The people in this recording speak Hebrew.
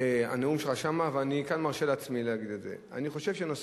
בתווך יש חוסר גדול לנהג